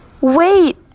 Wait